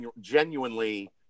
genuinely